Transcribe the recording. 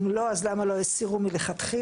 אם לא, למה לא הסירו מלכתחילה?